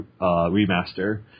remaster